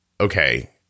okay